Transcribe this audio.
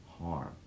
harm